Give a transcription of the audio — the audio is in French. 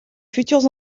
futurs